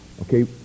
Okay